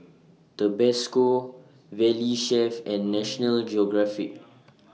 Tabasco Valley Chef and National Geographic